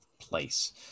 place